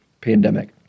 pandemic